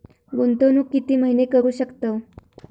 गुंतवणूक किती महिने करू शकतव?